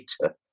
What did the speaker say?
later